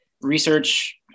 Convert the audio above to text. research